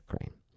Ukraine